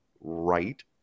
right